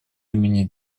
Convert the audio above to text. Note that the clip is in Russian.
имени